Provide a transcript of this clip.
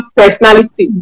personality